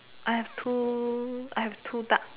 I have two I have two duck